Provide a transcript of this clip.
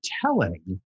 telling